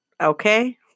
Okay